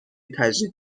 تجدید